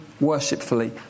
worshipfully